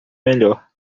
melhor